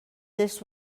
this